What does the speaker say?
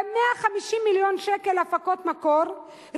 ב-150 מיליון שקל הפקות מקור.